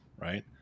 Right